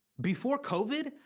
before covid,